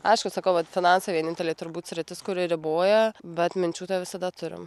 aišku sakau vat finansai vienintelė turbūt sritis kuri riboja bet minčių visada turim